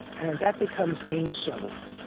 and that becomes ein sof,